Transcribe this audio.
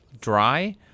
dry